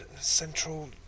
Central